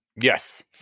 yes